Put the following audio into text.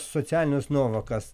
socialines nuovokas